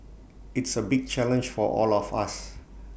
it's A big challenge for all of us